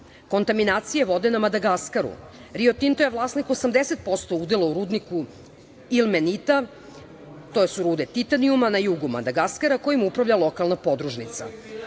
odgovora. Kontaminacija vode na Madagaskaru, Rio Tinto je vlasnik 80% udela u rudniku „Ilmenita“. To su rude titanijuma na jugu Madagaskara kojim upravlja lokalna podružnica.